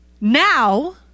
Now